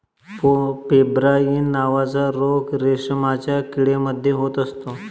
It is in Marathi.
पेब्राइन नावाचा रोग रेशमाच्या किडे मध्ये होत असतो